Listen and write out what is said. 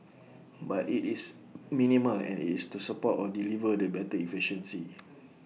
but IT is minimal and IT is to support or deliver the better efficiency